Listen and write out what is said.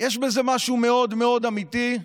יש בזה משהו מאוד מאוד אמיתי,